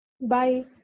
Bye